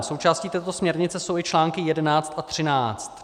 Součástí této směrnice jsou i články 11 a 13.